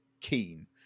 keen